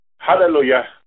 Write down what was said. hallelujah